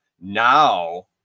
now